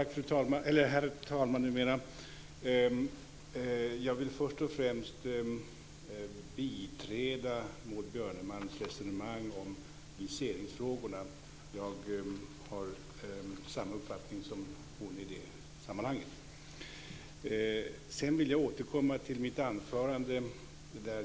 Herr talman! Jag vill först och främst biträda Maud Björnemalms resonemang om viseringsfrågorna. Jag har samma uppfattning som hon i det sammanhanget. Sedan vill jag återkomma till mitt anförande.